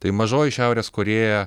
tai mažoji šiaurės korėja